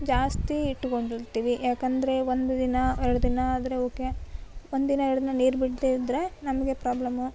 ಜಾಸ್ತಿ ಇಟ್ಟುಕೊಂಡಿರ್ತೀವಿ ಯಾಕೆಂದ್ರೆ ಒಂದು ದಿನ ಎರಡು ದಿನ ಆದರೆ ಓಕೆ ಒಂದು ದಿನ ಎರಡು ದಿನ ನೀರು ಬಿಡದೆ ಇದ್ದರೆ ನಮಗೆ ಪ್ರಾಬ್ಲಮು